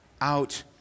out